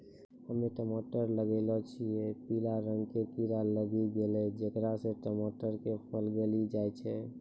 हम्मे टमाटर लगैलो छियै पीला रंग के कीड़ा लागी गैलै जेकरा से टमाटर के फल गली जाय छै?